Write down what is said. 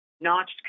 notched